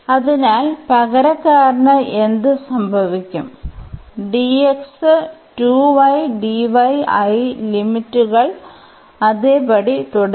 അതിനാൽ പകരക്കാരന് എന്ത് സംഭവിക്കും dx ആയി ലിമിറ്റുകൾ അതേപടി തുടരും